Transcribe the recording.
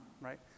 right